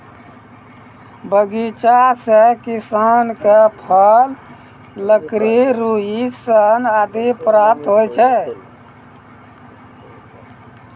बगीचा सें किसान क फल, लकड़ी, रुई, सन आदि प्राप्त होय छै